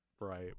Right